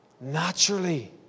naturally